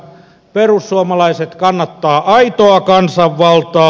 perussuomalaiset kannattaa aitoa kansanvaltaa